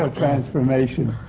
ah transformation.